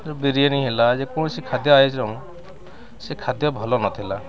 ଯୋଉ ବିରିୟାନୀ ହେଲା ଯେକୌଣସି ଖାଦ୍ୟ ଆୟୋଜନ ସେ ଖାଦ୍ୟ ଭଲ ନଥିଲା